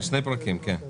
אני אזכיר לכם שעשינו